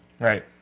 Right